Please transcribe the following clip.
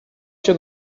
się